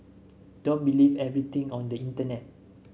don't believe everything on the internet